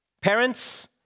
Parents